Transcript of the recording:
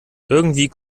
irgendwie